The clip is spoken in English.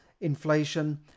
inflation